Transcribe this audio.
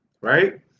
right